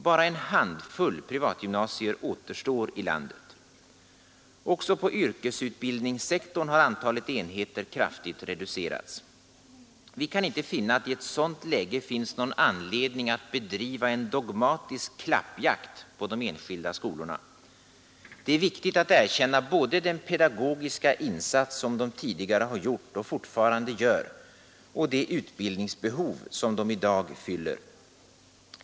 Bara en handfull privatgymnasier återstår i landet. Också på yrkesutbildningssektorn har antalet enheter kraftigt reducerats. Vi kan inte finna att det i ett sådant läge finns någon anledning att bedriva en dogmatisk klappjakt på de enskilda skolorna. Det är viktigt att erkänna både den pedagogiska insats som de tidigare har gjort och fortfarande gör och det utbildningsbehov som de i dag fyller.